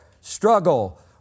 struggle